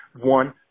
One